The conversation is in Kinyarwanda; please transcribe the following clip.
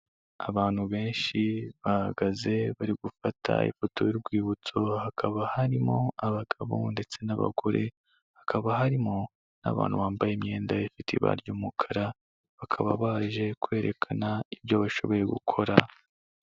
Abantu benshi bahagaze bari gufata ifoto y'urwibutso, hakaba harimo abagabo ndetse n'abagore, hakaba harimo n'abantu bambaye imyenda ifite ibara ry'umukara, bakaba baje kwerekana ibyo bashoboye gukora.